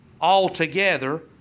altogether